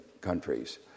countries